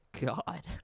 God